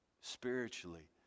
spiritually